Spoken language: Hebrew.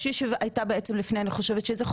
אחד מהם שבעצם קונה את ההיתר שלו תמורת אלפיים חמש מאות שקל